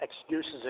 excuses